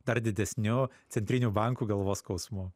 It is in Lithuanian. dar didesniu centrinių bankų galvos skausmu